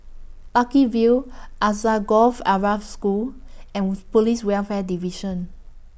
Lucky View Alsagoff Arab School and Police Welfare Division